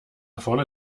vorne